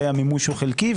והמימוש הוא חלקי.